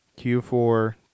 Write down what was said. Q4